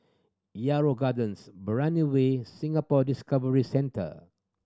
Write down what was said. Yarrow Gardens Brani Way Singapore Discovery Centre